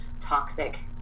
toxic